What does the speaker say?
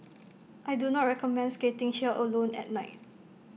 I do not recommend skating here alone at night